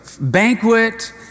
banquet